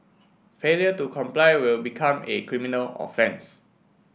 failure to comply will become a criminal offence